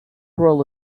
rule